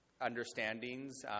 understandings